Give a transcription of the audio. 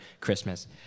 Christmas